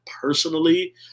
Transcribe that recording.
personally